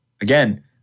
again